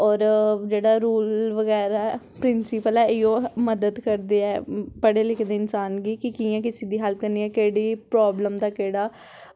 होर जेह्ड़ा रूल बगैरा ऐ प्रिंसिपल ऐ इ'यो मदद करदे ऐ पढ़े सिखे दे इंसान गी कि कि'यां कुसै दी हैल्प करनी ऐं केह्ड़ी प्रॉबल्म दा केह्ड़ा